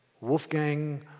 Wolfgang